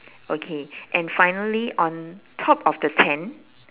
okay and finally on top of the tent